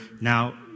now